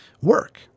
work